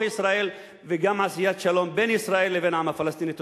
ישראל וגם עשיית שלום בין ישראל לבין העם הפלסטיני.